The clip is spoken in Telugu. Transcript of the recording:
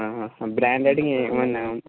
బ్రాండెడియి ఏమైనా